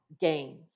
gains